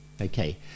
Okay